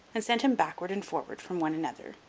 and sent him backward and forward from one another,